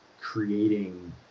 creating